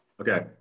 Okay